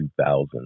2000